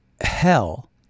hell